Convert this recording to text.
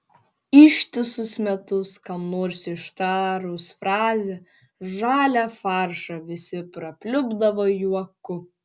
ištisus metus kam nors ištarus frazę žalią faršą visi prapliupdavo juoku